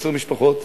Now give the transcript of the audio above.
עשר משפחות.